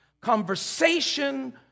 conversation